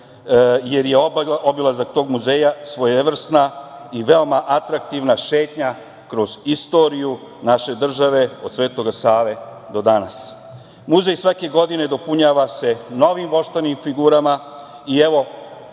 jer je obilazak tog muzeja svojevrsna i veoma atraktivna šetnja kroz istoriju naše države, od Svetoga Save do danas. Muzej svake godine dopunjava se novim voštanim figurama i evo,